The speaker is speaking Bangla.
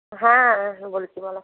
হ্যাঁ বলছি বলো